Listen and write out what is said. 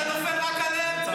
אתה נופל רק עליהם?